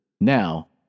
Now